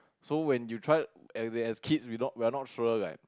so when you try as kids we're not we're not sure like